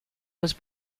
was